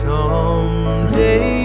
Someday